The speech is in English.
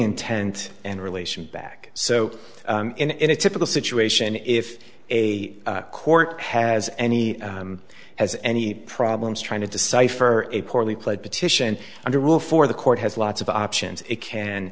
intent and relation back so in a typical situation if a court has any has any problems trying to decipher a poorly played petition under rule for the court has lots of options it can